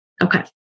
Okay